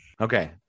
Okay